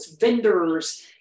vendors